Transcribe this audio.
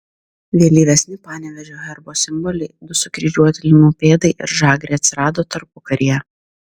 vėlyvesni panevėžio herbo simboliai du sukryžiuoti linų pėdai ir žagrė atsirado tarpukaryje